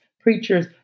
preachers